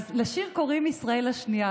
אז לשיר קוראים "ישראל השנייה",